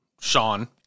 Sean